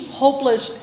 hopeless